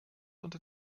unter